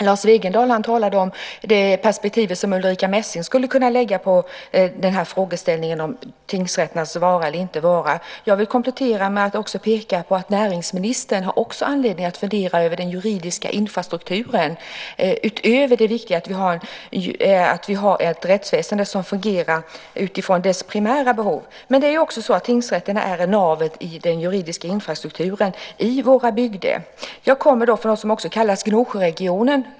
Lars Wegendal talade om det perspektiv som Ulrica Messing skulle kunna lägga på frågeställningen om tingsrätternas vara eller inte vara. Jag vill komplettera med att peka på att näringsministern också har anledning att fundera över den juridiska infrastrukturen utöver det viktiga att vi har ett rättsväsende som fungerar utifrån dess primära behov. Det är ju också att tingsrätterna är navet i den juridiska infrastrukturen i våra bygder. Jag kommer från ett område som också kallas Gnosjöregionen.